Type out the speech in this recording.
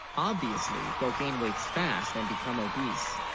obviously, they'll, gain weights fast and become obese,